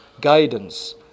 guidance